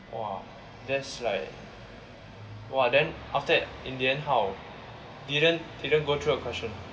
!wah! that's like !wah! then after that in the end how didn't didn't go through the question